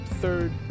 third